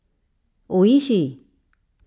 Oishi